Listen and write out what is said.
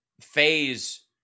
phase